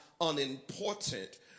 unimportant